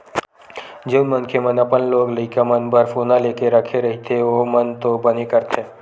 जउन मनखे मन अपन लोग लइका मन बर सोना लेके रखे रहिथे ओमन तो बने करथे